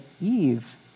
Eve